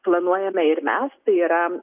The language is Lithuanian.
planuojame ir mes tai yra